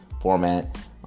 format